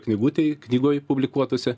knygutėj knygoj publikuotuose